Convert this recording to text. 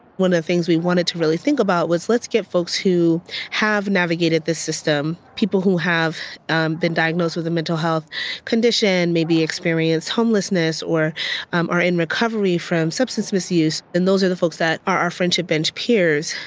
one of the things we wanted to really think about was let's get folks who have navigated this system, people who have been diagnosed with a mental health condition, maybe experienced homelessness or um are in recovery from substance misuse, and those are the folks that are our friendship bench peers,